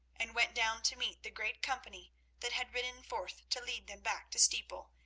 and went down to meet the great company that had ridden forth to lead them back to steeple,